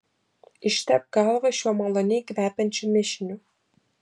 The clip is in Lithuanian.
ištepk galvą šiuo maloniai kvepiančiu mišiniu